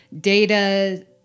Data